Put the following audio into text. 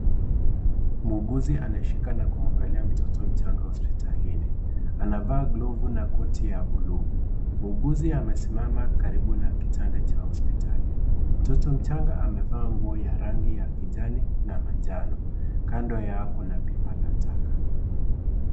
Muuguzi anashika na kumwangalia mtoto mchanga hospitalini. Anavaa glovu na koti ya bluu, Muuguzi amesimama karibu na kitanda cha hospitali. Mtoto mchanga amevaa nguo ya rangi ya kijani na manjano, kando yao kuna pipa la takataka.